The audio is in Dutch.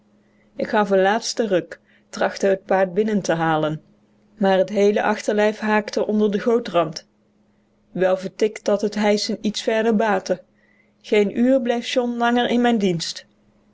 ik gaf een laatsten ruk trachtte het paard binnen te halen maar het heele achterlijf haakte onder den gootrand wel vertikt dat het hijschen iets verder baatte geen uur bleef john langer in mijn dienst